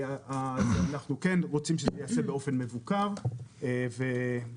אנחנו רוצים שזה ייעשה באופן מבוקר ויינתן